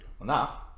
enough